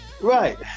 Right